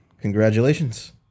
Congratulations